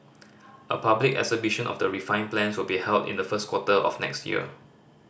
a public exhibition of the refined plans will be held in the first quarter of next year